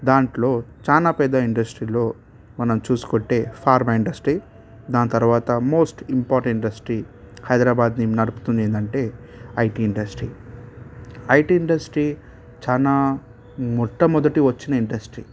దాంట్లో చాలా పెద్ద ఇండస్ట్రీలు మనం చూసుకుంటే ఫార్మా ఇండస్ట్రీ దాని తర్వాత మోస్ట్ ఇంపార్టెంట్ ఇండస్ట్రీ హైదరాబాద్ని నడుపుతుంది ఏంటంటే ఐటి ఇండస్ట్రీ ఐటి ఇండస్ట్రీ చాలా మొట్టమొదటి వచ్చిన ఇండస్ట్రీ